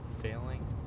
failing